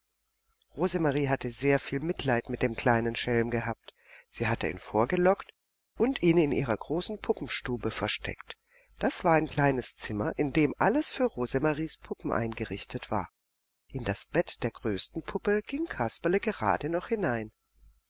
rosemarie hatte sehr viel mitleid mit dem kleinen schelm gehabt sie hatte ihn vorgelockt und ihn in ihrer großen puppenstube versteckt das war ein kleines zimmer in dem alles für rosemaries puppen eingerichtet war in das bett der größten puppe ging kasperle gerade noch hinein